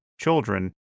children